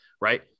Right